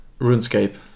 RuneScape